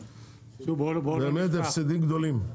באמת הפסדים גדולים.